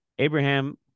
Abraham